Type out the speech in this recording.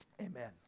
Amen